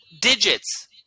digits